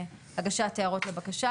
הגשת הערות לבקשה,